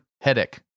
headache